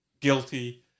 guilty